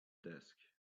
desk